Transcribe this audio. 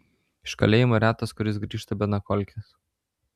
iš kalėjimo retas kuris grįžta be nakolkės